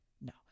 no